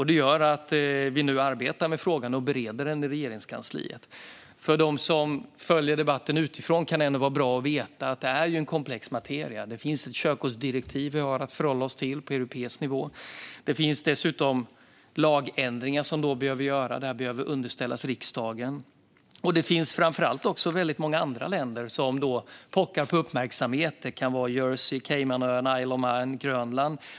Det gör att vi nu arbetar med frågan och bereder den i Regeringskansliet. För dem som följer debatten utifrån kan det ändå vara bra att veta att det är en komplex materia. Det finns ett körkortsdirektiv vi har att förhålla oss till på europeisk nivå. Det finns dessutom lagändringar som då behöver göras och som ska underställas riksdagen. Det finns framför allt väldigt många andra länder som pockar på uppmärksamhet. Det kan vara Jersey, Caymanöarna, Isle of Man eller Grönland.